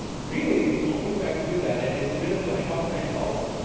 really, the only way i can do that and it's a bit of ah how can i help,